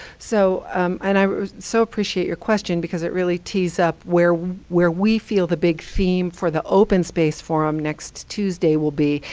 so and i so appreciate your question, because it really tees up where where we feel the big theme for the open space forum next tuesday will be.